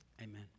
Amen